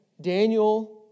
Daniel